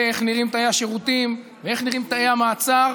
ואיך נראים תאי השירותים ואיך נראים תאי המעצר,